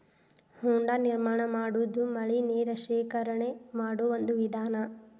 ಹೊಂಡಾ ನಿರ್ಮಾಣಾ ಮಾಡುದು ಮಳಿ ನೇರ ಶೇಖರಣೆ ಮಾಡು ಒಂದ ವಿಧಾನಾ